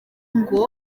ngo